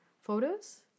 photos